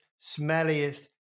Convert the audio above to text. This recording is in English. smelliest